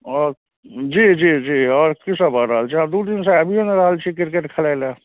आओर जी जी जी आओर कि सब भऽ रहल छै आओर दुइ दिनसँ आबिओ नहि रहल छी किरकेट खेलाइ ले